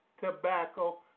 tobacco